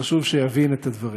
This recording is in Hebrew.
חשוב שיבין את הדברים.